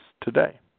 today